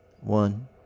One